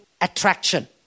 attraction